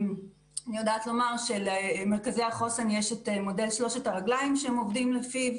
אני יודעת לומר שלמרכזי החוסן יש את מודל שלוש הרגליים שהם עובדים לפיו.